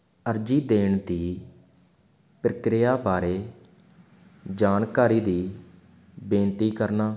ਅਰਜ਼ੀ ਦੇਣ ਦੀ ਪ੍ਰਕਿਰਿਆ ਬਾਰੇ ਜਾਣਕਾਰੀ ਦੀ ਬੇਨਤੀ ਕਰਨਾ